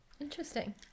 Interesting